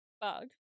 Bug